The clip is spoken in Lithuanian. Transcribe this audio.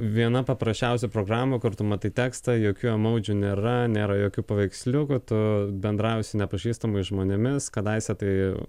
viena paprasčiausių programų kur tu matai tekstą jokių emaudžių nėra nėra jokių paveiksliukų tu bendrauji su nepažįstamais žmonėmis kadaise tai